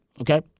Okay